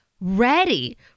ready